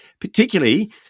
particularly